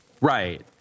Right